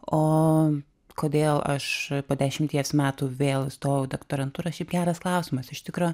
o kodėl aš po dešimties metų vėl stojau doktorantūra šiaip geras klausimas iš tikro